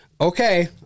okay